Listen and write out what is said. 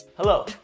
Hello